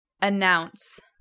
announce